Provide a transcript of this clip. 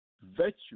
virtue